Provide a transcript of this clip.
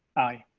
aye.